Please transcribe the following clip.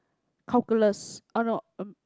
calculus oh no um